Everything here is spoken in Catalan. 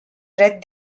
dret